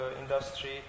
industry